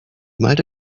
malte